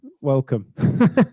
welcome